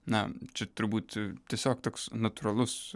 na čia turbūt tiesiog toks natūralus